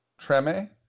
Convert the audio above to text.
Treme